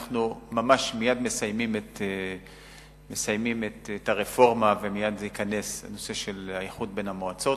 אנחנו ממש מסיימים את הרפורמה ומייד ייכנס הנושא של איחוד המועצות.